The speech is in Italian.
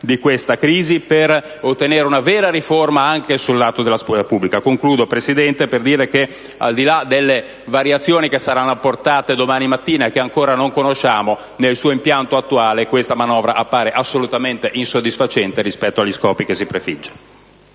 di questa crisi, per ottenere una vera riforma, anche sul lato della scuola pubblica. Concludo, signora Presidente, per dire che, al di là delle variazioni che saranno apportate domani mattina, e che ancora non conosciamo, nel suo impianto attuale questa manovra appare assolutamente insoddisfacente rispetto agli scopi che si prefigge.